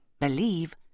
believe